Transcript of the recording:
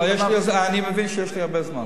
אני מבין שיש לי הרבה זמן.